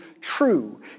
true